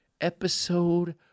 Episode